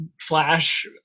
flash